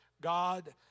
God